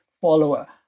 follower